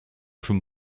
from